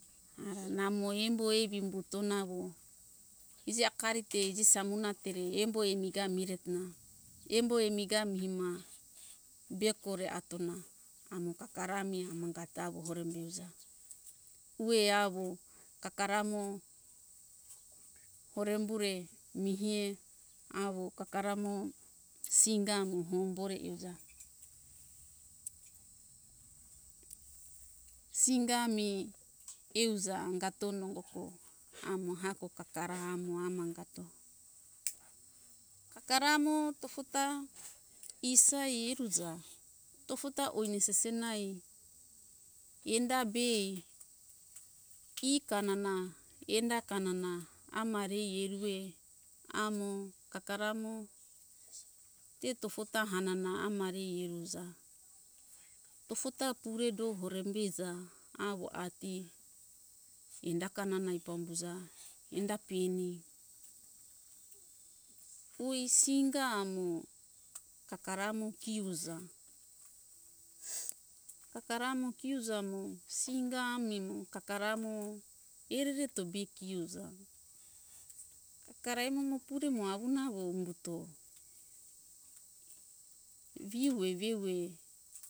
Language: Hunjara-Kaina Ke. Ara namo embo evi umbuto nawo iji akari te iji samuna tere embo emiga miretona embo emiga mihima be kore atona amo kakara mi amangat awo hore beuja uwe awo kakara mo orembure mihie awo kakara mo singa amo hombore euja singa ami euja angato nongoko amo hako kakara amo amangato kakara mo tofota isai eruja tofota oine sisena ei enda be ikanana enda kanana amarei erue amo kakara amo te tofota hanana amarei eruja tofota puredo horembe ija awo ati endaka nanai pambuza enda pieni pui singa amo kakara mo kiuja kakara mo kiuja mo singa ami mo kakara mo ereketo be kiuza kakara emo mo pure mo awuna wo umbuto viuwe veiuwe